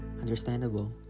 Understandable